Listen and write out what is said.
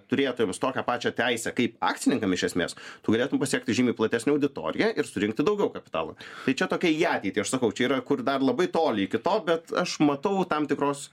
turėtojams tokią pačią teisę kaip akcininkam iš esmės tu galėtum pasiekti žymiai platesnę auditoriją ir surinkti daugiau kapitalo tai čia tokia į ateitį aš sakau čia yra kur dar labai toli iki to bet aš matau tam tikros